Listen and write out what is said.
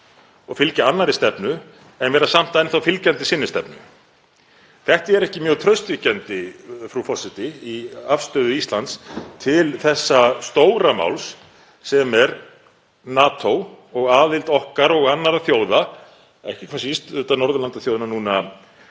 og fylgja annarri stefnu en vera samt enn þá fylgjandi sinni stefnu. Þetta er ekki mjög traustvekjandi, frú forseti, í afstöðu Íslands til þessa stóra máls, sem er NATO og aðild okkar og annarra þjóða, ekki hvað síst auðvitað Norðurlandaþjóðanna núna